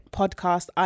podcast